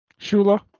Shula